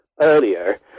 earlier